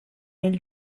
nel